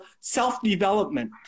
self-development